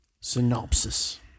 Synopsis